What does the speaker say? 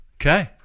Okay